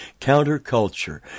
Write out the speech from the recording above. counterculture